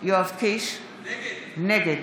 יואב קיש, נגד